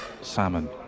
salmon